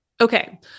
Okay